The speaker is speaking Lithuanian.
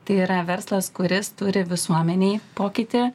tai yra verslas kuris turi visuomenei pokytį